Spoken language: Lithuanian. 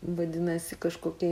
vadinasi kažkokia